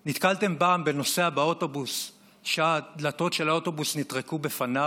נתקלתם פעם בנוסע באוטובוס שהדלתות של האוטובוס נטרקו בפניו?